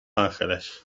ángeles